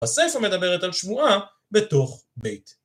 הספר מדברת על שבועה בתוך בית